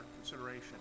consideration